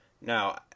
Now